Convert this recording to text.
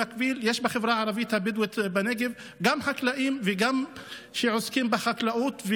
במקביל יש בחברה הערבית הבדואית בנגב חקלאים שעוסקים בחקלאות,